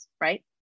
right